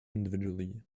individually